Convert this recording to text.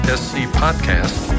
scpodcast